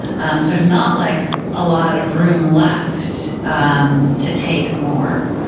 um so there's not like a lot of room left um to take more,